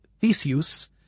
Theseus